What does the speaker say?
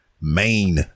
Main